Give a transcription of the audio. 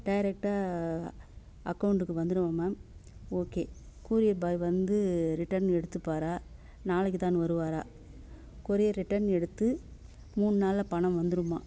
டைரெக்டா அக்கௌண்ட்டுக்கு வந்துடுமா ma'am okay courier boy வந்து ரிட்டர்ன் எடுத்துப்பாரா நாளைக்கு தான் வருவாரா கொரியர் ரிட்டர்ன் எடுத்து மூணு நாளில் பணம் வந்துடுமா